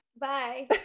Bye